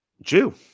Jew